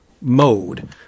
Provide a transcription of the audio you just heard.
mode